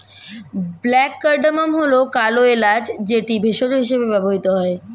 black cardamom হল কালো এলাচ যেটি ভেষজ হিসেবে ব্যবহৃত হয়